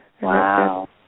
Wow